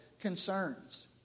concerns